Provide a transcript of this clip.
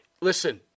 Listen